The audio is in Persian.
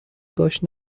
باش